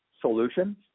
solutions